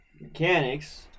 mechanics